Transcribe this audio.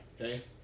Okay